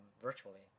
virtually